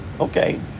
okay